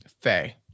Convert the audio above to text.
Faye